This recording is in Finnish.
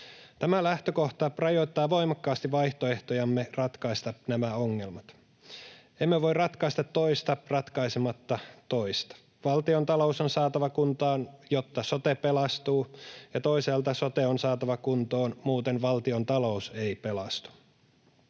Tämä lähtökohta rajoittaa voimakkaasti vaihtoehtojamme ratkaista nämä ongelmat. Emme voi ratkaista toista ratkaisematta toista. Valtiontalous on saatava kuntoon, jotta sote pelastuu, ja toisaalta sote on saatava kuntoon, muuten valtiontalous ei pelastu.